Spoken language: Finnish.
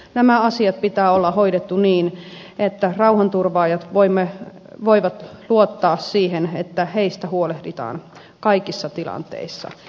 nämä asiat pitää olla hoidettu niin että rauhanturvaajat voivat luottaa siihen että heistä huolehditaan kaikissa tilanteissa